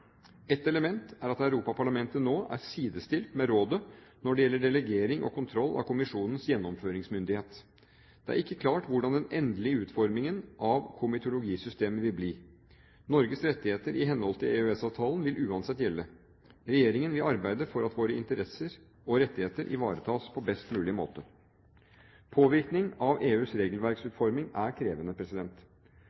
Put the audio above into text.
Et element er at Europaparlamentet nå er sidestilt med rådet når det gjelder delegering og kontroll av kommisjonens gjennomføringsmyndighet. Det er ikke klart hvordan den endelige utformingen av komitologisystemet vil bli. Norges rettigheter i henhold til EØS-avtalen vil uansett gjelde. Regjeringen vil arbeide for at våre interesser og rettigheter ivaretas på best mulig måte. Påvirkning av EUs